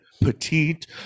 Petite